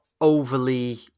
overly